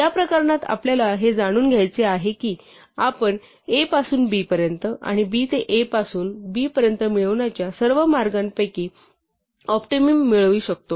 या प्रकरणात आपल्याला हे जाणून घ्यायचे आहे की आपण a पासून b पर्यंत आणि b ते a पासून b पर्यंत मिळवण्याच्या सर्व मार्गांपैकी ऑप्टिमम मिळवू शकतो